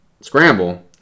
scramble